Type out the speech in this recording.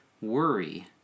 worry